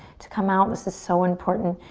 to come out, this is so important,